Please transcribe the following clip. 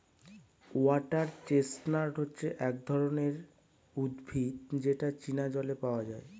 water chestnut হচ্ছে এক ধরনের উদ্ভিদ যেটা চীনা জলে পাওয়া যায়